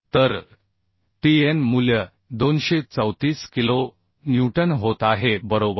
तर Tdn मूल्य 234 kilo newton होत आहे बरोबर